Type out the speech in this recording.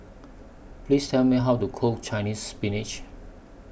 Please Tell Me How to Cook Chinese Spinach